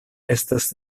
estas